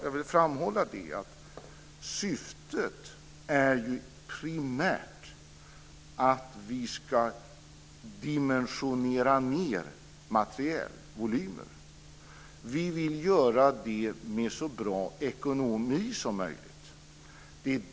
Jag vill framhålla att det primära syftet är att dimensionera ned materielvolymer. Vi vill göra det med så bra ekonomi som möjligt.